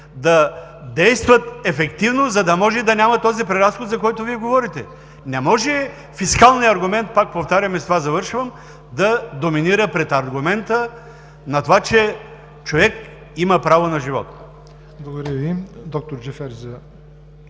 да действат ефективно, за да може да няма този преразход, за който Вие говорите. Не може фискалният аргумент, пак повтарям и с това завършвам, да доминира пред аргумента на това, че човек има право на живот.